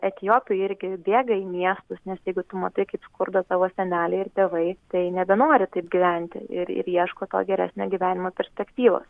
etiopijoj irgi bėga į miestus nes jeigu tu matai kaip skurdo tavo seneliai ir tėvai tai nebenori taip gyventi ir ir ieško to geresnio gyvenimo perspektyvos